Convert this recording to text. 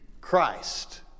Christ